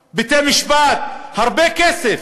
בתי-משפט, הרבה כסף,